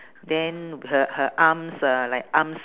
then her her arms uh like arms